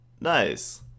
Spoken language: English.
nice